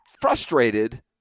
frustrated